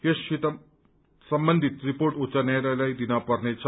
यससित सम्बन्धित रिपोर्ट उच्च न्यायालयलाई दिन पर्नेछ